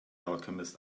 alchemist